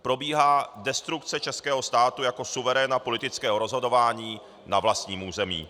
Probíhá destrukce českého státu jako suveréna politického rozhodování na vlastním území.